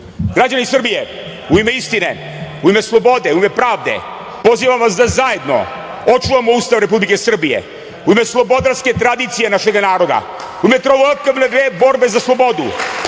istinu. Građani Srbije u ime istine, u ime slobode, u ime pravde pozivam vas da zajedno očuvamo Ustav Republike Srbije, u ime slobodarske tradicije našega naroda, u ime otporne gle borbe za slobodu,